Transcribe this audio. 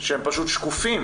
שהם פשוט שקופים.